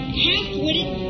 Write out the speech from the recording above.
half-witted